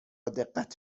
دقت